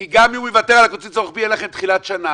כי גם אם הוא יוותר על הקיצוץ הרוחבי אין לכם תחילת שנה.